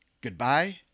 Goodbye